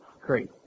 great